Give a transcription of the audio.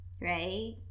right